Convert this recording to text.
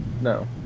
No